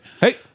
hey